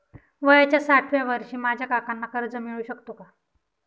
वयाच्या साठाव्या वर्षी माझ्या काकांना कर्ज मिळू शकतो का?